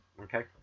okay